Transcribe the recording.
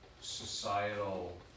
societal